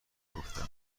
گفتم